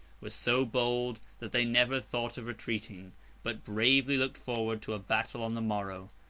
were so bold, that they never thought of retreating but bravely looked forward to a battle on the morrow.